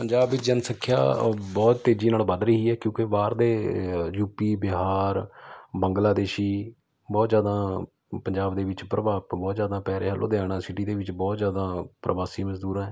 ਪੰਜਾਬ ਵਿੱਚ ਜਨਸੰਖਿਆ ਬਹੁਤ ਤੇਜ਼ੀ ਨਾਲ ਵੱਧ ਰਹੀ ਹੈ ਕਿਉਂਕਿ ਬਾਹਰ ਦੇ ਯੂ ਪੀ ਬਿਹਾਰ ਬੰਗਲਾਦੇਸ਼ੀ ਬਹੁਤ ਜ਼ਿਆਦਾ ਪੰਜਾਬ ਦੇ ਵਿੱਚ ਪ੍ਰਭਾਵ ਬਹੁਤ ਜ਼ਿਆਦਾ ਪੈ ਰਿਹਾ ਲੁਧਿਆਣਾ ਸਿਟੀ ਦੇ ਵਿੱਚ ਬਹੁਤ ਜ਼ਿਆਦਾ ਪ੍ਰਵਾਸੀ ਮਜ਼ਦੂਰ ਹੈ